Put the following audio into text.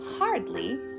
hardly